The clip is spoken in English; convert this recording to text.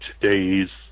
today's